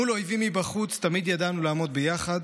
מול אויבים מבחוץ תמיד ידענו לעמוד ביחד,